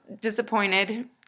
disappointed